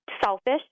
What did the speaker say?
selfish